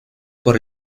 por